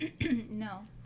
No